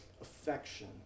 affection